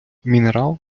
мінерал